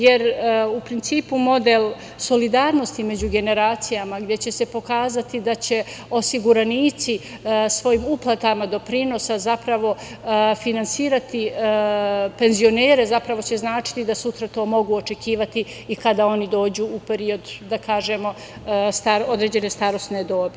Jer, u principu model solidarnosti među generacijama gde će se pokazati da će osiguranici svojim uplatama doprinosa zapravo finansirati penzionere, zapravo će značiti da sutra to mogu očekivati i kada oni dođu u period, da kažemo, određene starosne dobi.